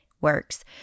works